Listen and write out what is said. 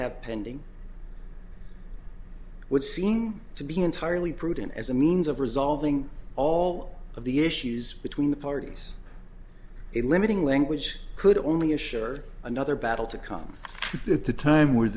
have pending would seem to be entirely prudent as a means of resolving all of the issues between the parties it limiting language could only assure another battle to come at the time where